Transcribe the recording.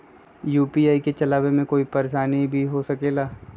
UPI के चलावे मे कोई परेशानी भी हो सकेला?